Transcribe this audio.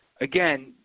again